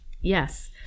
Yes